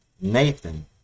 Nathan